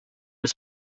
des